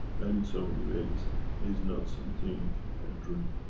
and in so many ways is not something a dream,